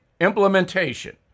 implementation